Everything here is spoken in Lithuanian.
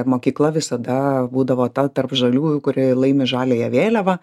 mokykla visada būdavo ta tarp žaliųjų kuri laimi žaliąją vėliavą